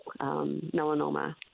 melanoma